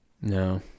No